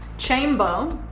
chamber, um